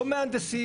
לא מהנדסים.